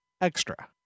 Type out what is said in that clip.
extra